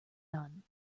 none